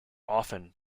often